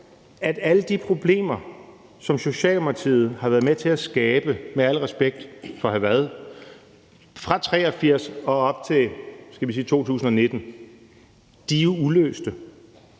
at alle de problemer, som Socialdemokratiet har været med til at skabe, med al respekt for hr. Frederik Vad, fra 1983 og op til, skal vi sige